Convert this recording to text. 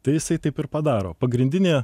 tai jisai taip ir padaro pagrindinė